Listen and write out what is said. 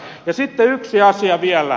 sitten yksi asia vielä